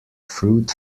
fruit